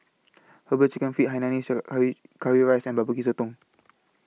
Herbal Chicken Feet Hainanese Curry Rice and Barbecue Sotong